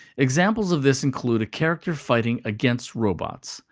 examples of this include a character fighting against robots,